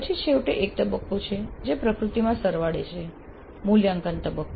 પછી છેવટે એક તબક્કો છે જે પ્રકૃતિમાં સરવાળે છે મૂલ્યાંકન તબક્કો